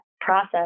process